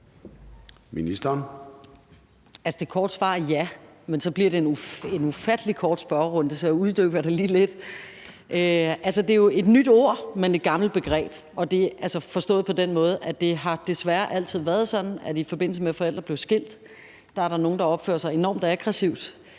Det korte svar er ja, men så bliver det en ufattelig kort spørgerunde. Så jeg uddyber det lige lidt. Det er jo et nyt ord, men et gammelt begreb, forstået på den måde, at det desværre altid har været sådan, at i forbindelse med at forældre blev skilt, er der nogen, der opfører sig enormt aggressivt